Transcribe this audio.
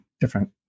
different